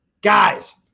Guys